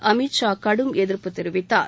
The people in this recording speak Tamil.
அமித் ஷா கடும் எதிர்ப்பு தெரிவித்தார்